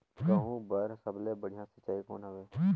गहूं बर सबले बढ़िया सिंचाई कौन हवय?